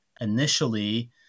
initially